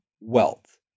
wealth